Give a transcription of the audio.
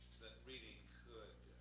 reading could